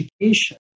education